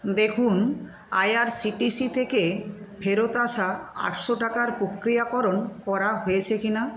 দেখুন আইআরসিটিসি থেকে ফেরত আসা আটশো টাকার প্রক্রিয়াকরণ করা হয়েছে কি না